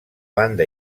banda